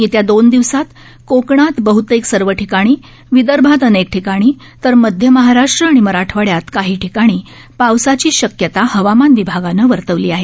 येत्या दोन दिवसांत कोकणात बहतेक सर्व ठिकाणी विदर्भात अनेक ठिकाणी तर मध्य महाराष्ट्र आणि मराठवाड्यात काही ठिकाणी पावसाची शक्यता हवामान विभागानं वर्तवली आहे